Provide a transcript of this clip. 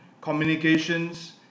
communications